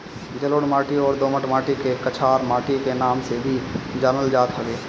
जलोढ़ माटी अउरी दोमट माटी के कछार माटी के नाम से भी जानल जात हवे